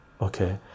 okay